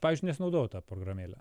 pavyzdžiui nesinaudojau ta programėle